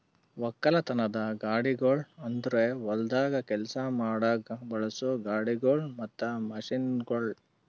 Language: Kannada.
ಒಕ್ಕಲತನದ ಗಾಡಿಗೊಳ್ ಅಂದುರ್ ಹೊಲ್ದಾಗ್ ಕೆಲಸ ಮಾಡಾಗ್ ಬಳಸೋ ಗಾಡಿಗೊಳ್ ಮತ್ತ ಮಷೀನ್ಗೊಳ್